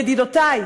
ידידותי,